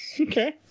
okay